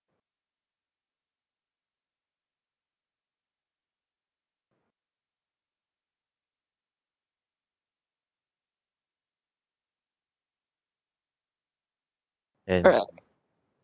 really